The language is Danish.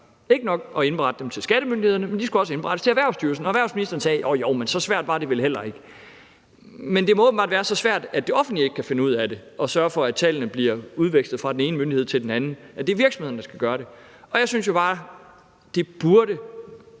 ikke nok at indberette dem til skattemyndighederne, men de skulle også indberettes til Erhvervsstyrelsen. Og erhvervsministeren sagde, at så svært var det vel heller ikke. Men det må åbenbart være så svært, at det offentlige ikke kan finde ud af at sørge for, at tallene bliver udvekslet fra den ene myndighed til den anden, og at det derfor er virksomhederne, der skal gøre det. Og jeg synes jo bare, det burde